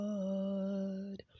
Lord